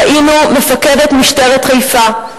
ראינו את מפקדת משטרת חיפה,